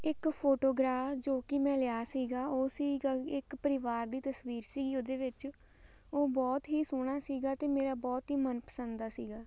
ਇੱਕ ਫੋਟੋਗ੍ਰਾ ਜੋ ਕਿ ਮੈਂ ਲਿਆ ਸੀਗਾ ਉਹ ਸੀਗਾ ਇੱਕ ਪਰਿਵਾਰ ਦੀ ਤਸਵੀਰ ਸੀ ਉਹਦੇ ਵਿੱਚ ਉਹ ਬਹੁਤ ਹੀ ਸੋਹਣਾ ਸੀਗਾ ਅਤੇ ਮੇਰਾ ਬਹੁਤ ਹੀ ਮਨਪਸੰਦ ਦਾ ਸੀਗਾ